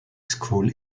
school